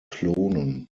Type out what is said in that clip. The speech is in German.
klonen